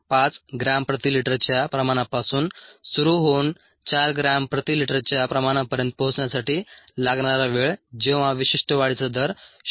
5 gram प्रति लिटरच्या प्रमाणापासून सुरू होऊन 4 ग्रॅम प्रति लिटरच्या प्रमाणापर्यंत पोहोचण्यासाठी लागणारा वेळ जेव्हा विशिष्ट वाढीचा दर 0